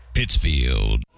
Pittsfield